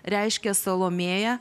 reiškia salomėja